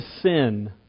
sin